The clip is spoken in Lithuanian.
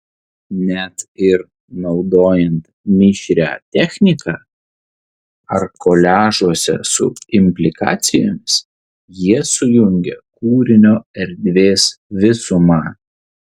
net ir naudojant mišrią techniką ar koliažuose su implikacijomis jie sujungia kūrinio erdvės visumą